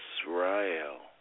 Israel